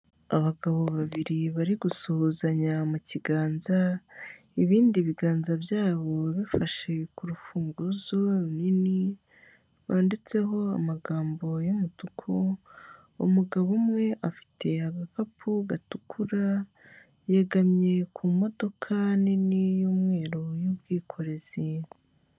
Abagabo babiri bari gusuhuzanya mu kiganza, ibindi biganza byabo bifashe kurufunguzo runini, rwanditseho amagambo y'umutuku, umugabo umwe afite agakapu gatukura, yegamye ku imodoka nini y'umweru y'ubwikorezi.